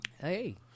Hey